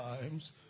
times